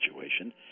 situation